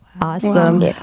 Awesome